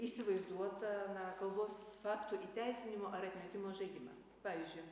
įsivaizduota na kalbos faktų įteisinimo ar atmetimo žaidimą pavyzdžiui